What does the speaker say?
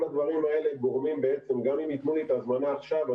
כל הדברים האלה גורמים לכך שגם אם יתנו לי את ההזמנה עכשיו,